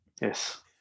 yes